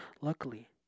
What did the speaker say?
Luckily